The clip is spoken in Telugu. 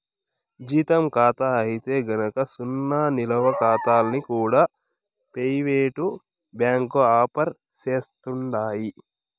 జీతం కాతా అయితే గనక సున్నా నిలవ కాతాల్ని కూడా పెయివేటు బ్యాంకులు ఆఫర్ సేస్తండాయి